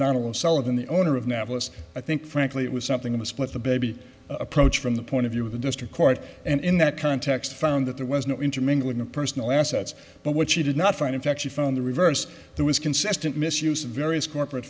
sullivan the owner of nablus i think frankly it was something of a split the baby approach from the point of view of the district court and in that context found that there was no intermingling of personal assets but what she did not find in fact she found the reverse there was consistent misuse of various corporate